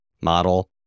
model